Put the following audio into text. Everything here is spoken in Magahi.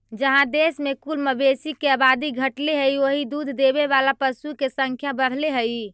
जहाँ देश में कुल मवेशी के आबादी घटले हइ, वहीं दूध देवे वाला पशु के संख्या बढ़ले हइ